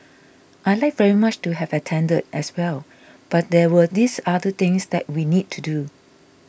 I'd like very much to have attended as well but there were these other things that we need to do